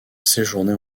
séjourner